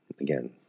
Again